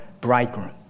bridegroom